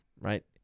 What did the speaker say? Right